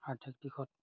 আৰ্থিক দিশত